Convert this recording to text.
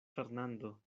fernando